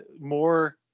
more